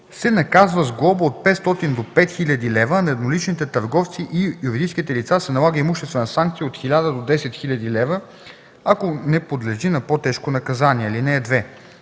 се наказва с глоба от 500 до 2000 лв., а на едноличните търговци и юридическите лица се налага имуществена санкция от 1000 до 5000 лв., ако не подлежи на по-тежко наказание. (2)